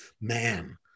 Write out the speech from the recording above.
man